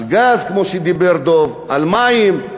על גז, כמו שדיבר דב, על מים.